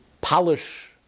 polish